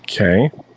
Okay